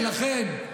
ולכן,